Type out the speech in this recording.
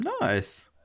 Nice